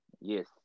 Yes